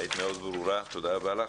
היית מאוד ברורה, תודה רבה לך.